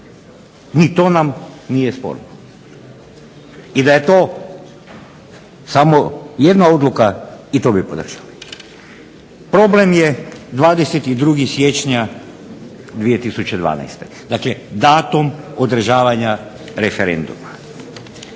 Ni to nam nije sporno. I da je to samo jedna odluka i to bi podržali. Problem je 22. siječnja 2012. Dakle, datum održavanja referenduma.